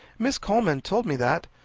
miss coleman told me that.